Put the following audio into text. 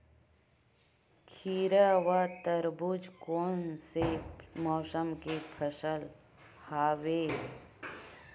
खीरा व तरबुज कोन से मौसम के फसल आवेय?